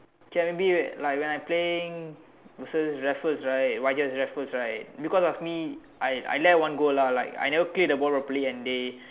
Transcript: okay ah maybe like when I playing versus Raffles right Y_J_S Raffles right because of me I I left one goal lah like I never clear the ball properly and they